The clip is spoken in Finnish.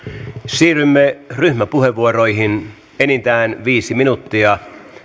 siirrymme ryhmäpuheenvuoroihin enintään viisi minuuttia